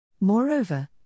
Moreover